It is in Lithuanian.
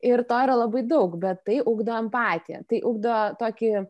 ir to yra labai daug bet tai ugdo empatiją tai ugdo tokį